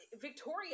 victoria